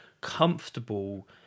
comfortable